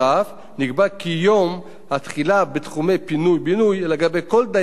נקבע כי יום התחילה בתחומי פינוי-בינוי לגבי כל דייר ודייר